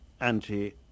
anti